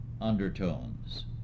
undertones